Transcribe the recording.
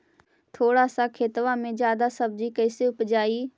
थोड़ा सा खेतबा में जादा सब्ज़ी कैसे उपजाई?